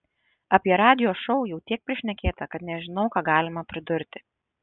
apie radijo šou jau tiek prišnekėta kad nežinau ką galima pridurti